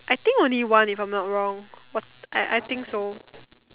I think only one if I'm not wrong what I I think so